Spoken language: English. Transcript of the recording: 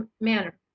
manner